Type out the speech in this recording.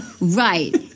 right